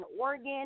Oregon